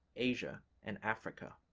asia and africa.